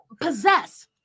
possess